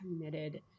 committed